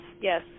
yes